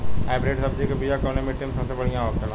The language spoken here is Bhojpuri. हाइब्रिड सब्जी के बिया कवने मिट्टी में सबसे बढ़ियां होखे ला?